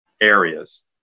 areas